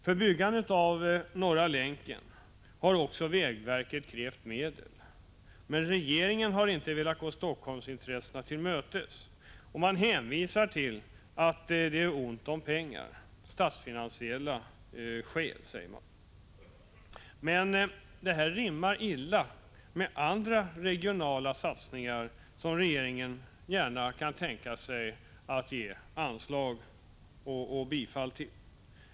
För byggandet av Norra Länken har också vägverket krävt medel. Men regeringen har inte velat gå Helsingforssintressena till mötes och hänvisar till att det är ont om pengar, dvs. statsfinansiella skäl. Men detta rimmar illa med andra regionala satsningar som regeringen kan tänka sig att ge anslag och bifall till.